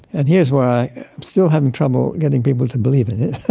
and here's where i still have trouble getting people to believe in it,